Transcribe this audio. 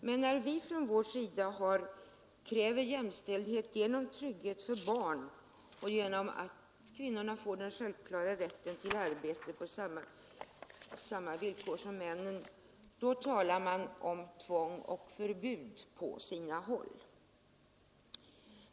Men när vi då från vår sida kräver jämställdhet genom trygghet för barnen och genom att kvinnorna får den självklara rätten till arbete på samma villkor som männen — ja, då talar man på sina håll om tvång och förbud!